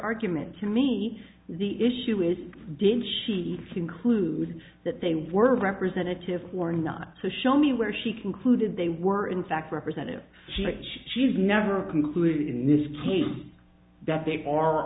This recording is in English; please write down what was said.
argument to me the issue is did she conclude that they were representative or not so show me where she concluded they were in fact representative she's never concluded in this case that they are